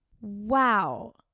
Wow